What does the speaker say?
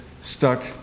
stuck